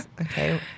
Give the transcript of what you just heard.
Okay